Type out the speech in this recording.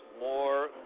more